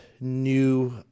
new